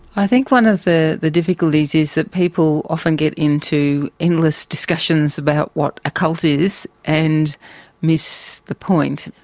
i think one of the the difficulties is that people often get into endless discussions about what a cult is and miss the point.